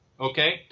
Okay